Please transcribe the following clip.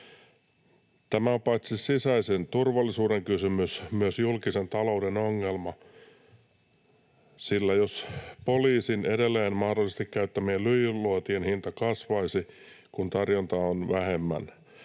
Tämä on paitsi sisäisen turvallisuuden kysymys myös julkisen talouden ongelma, jos poliisin edelleen mahdollisesti käyttämien lyijyluotien hinta kasvaisi, kun tarjontaa on vähemmän.